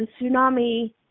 tsunami